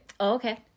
okay